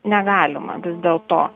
negalima dėl to